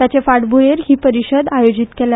ताचे फाटभूंयेर ही परीशद आयोजीत केल्या